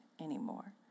anymore